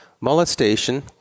molestation